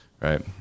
right